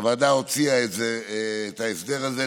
הוועדה הוציאה את זה, את ההסדר הזה.